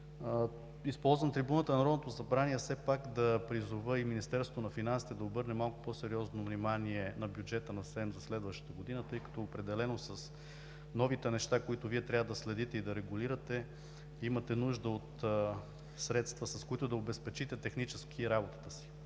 Използвам трибуната на Народното събрание все пак да призова и Министерството на финансите да обърне малко по-сериозно внимание на бюджета на СЕМ за следващата година, тъй като определено с новите неща, които Вие трябва да следите и да регулирате, имате нужда от средства, с които да обезпечите технически работата си.